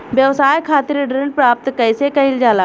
व्यवसाय खातिर ऋण प्राप्त कइसे कइल जाला?